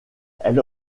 elle